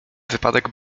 wypadek